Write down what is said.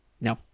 No